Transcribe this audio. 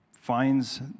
finds